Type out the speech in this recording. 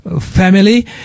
family